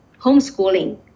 homeschooling